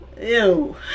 Ew